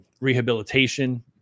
rehabilitation